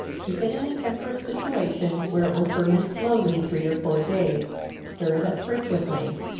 keep it in a temperate situation, where it will ferment slowly, three or four days stir it up frequently.